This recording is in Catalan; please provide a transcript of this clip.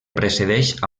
precedeix